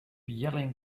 yelling